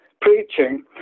preaching